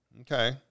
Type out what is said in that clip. Okay